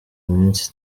iminsi